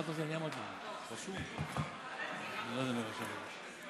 אדוני היושב-ראש,